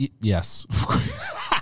yes